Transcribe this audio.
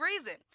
reason